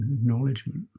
Acknowledgement